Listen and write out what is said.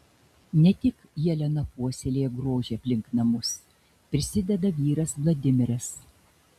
ne tik jelena puoselėja grožį aplink namus prisideda vyras vladimiras